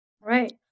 Right